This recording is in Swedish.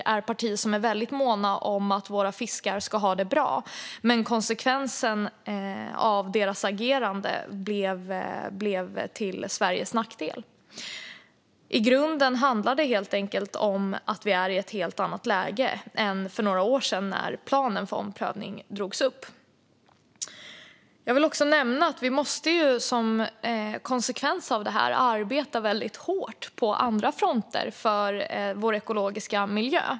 Det är partier som är väldigt måna om att våra fiskar ska ha det bra. Men konsekvensen av deras agerande blev till Sveriges nackdel. I grunden handlar det om att vi är i ett helt annat läge än för några år sedan när planen för omprövning drogs upp. Jag vill också nämna att vi som konsekvens av det måste arbeta väldigt hårt på andra fronter för vår ekologiska miljö.